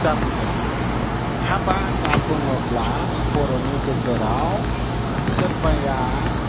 जाबोदों हाबा होनना बुङोब्ला बर'नि गेजेराव सोरबाया